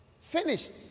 finished